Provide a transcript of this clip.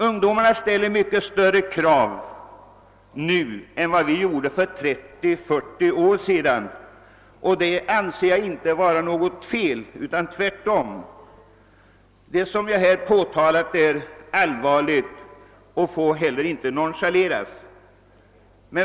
Ungdomarna ställer mycket större krav nu än vad vi själva gjorde för 30—40 år sedan. Jag anser inte att detta är något fel, utan tvärtom. Vad jag här påtalat är allvarligt och får inte nonchaleras.